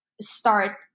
start –